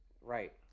Right